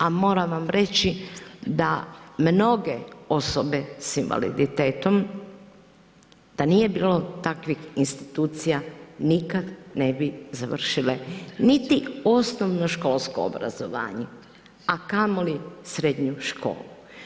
A moram vam reći da mnoge osobe s invaliditetom da nije bilo takvih institucija nikada ne bi završile niti osnovnoškolsko obrazovanje, a kamoli srednju školu.